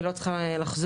אני לא צריכה לחזור.